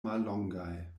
mallongaj